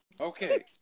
Okay